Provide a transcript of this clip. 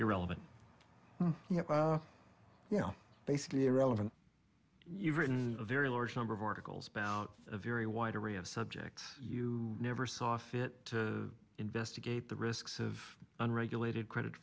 irrelevant you know basically irrelevant you've written a very large number of articles about a very wide array of subjects you never saw fit to investigate the risks of unregulated credit